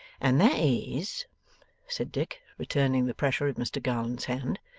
and that is said dick, returning the pressure of mr garland's hand,